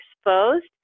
exposed